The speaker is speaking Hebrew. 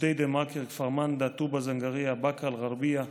כפר מנדא, טובא-זנגרייה, באקה אל-גרבייה,